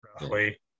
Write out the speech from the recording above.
roughly